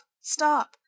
Stop